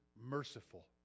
merciful